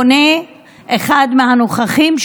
פונה אחד מהנוכחים,